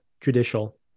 Judicial